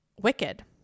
Wicked